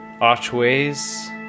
archways